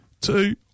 two